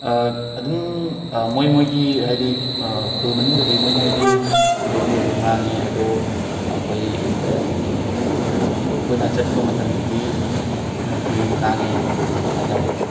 ꯑꯗꯨꯝ ꯃꯣꯏ ꯃꯣꯏꯒꯤ ꯍꯥꯏꯗꯤ ꯈꯨꯜ ꯃꯅꯨꯡꯗꯗꯤ ꯃꯣꯏ ꯃꯣꯏꯒꯤ ꯃꯔꯣꯟꯗ ꯑꯗꯨꯝ ꯉꯥꯡꯉꯤ ꯑꯗꯣ ꯑꯩꯈꯣꯏ ꯀꯩꯅꯣ ꯑꯩꯈꯣꯏꯅ ꯆꯠꯄ ꯃꯇꯝꯗꯗꯤ ꯑꯗꯨꯝ ꯃꯅꯤꯄꯨꯔꯤ ꯉꯥꯡꯉꯦ ꯍꯥꯏꯇꯥꯔꯦ